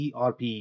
erp